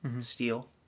steel